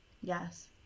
yes